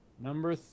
Number